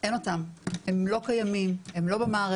אין אותם, הם לא קיימים, הם לא במערכת,